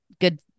good